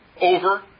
Over